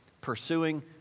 pursuing